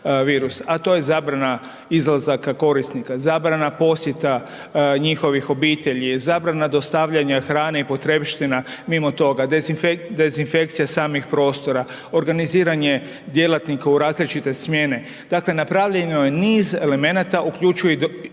a to je zabrana izlazaka korisnika, zabrana posjeta njihovih obitelji, zabrana dostavljanja hrane i potrepština mimo toga, dezinfekcija samih prostora, organiziranje djelatnika u različite smjene, dakle napravljeno je niz elemenata uključujući i